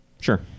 sure